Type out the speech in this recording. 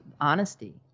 honesty